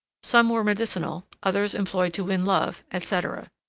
some were medicinal, others employed to win love, etc.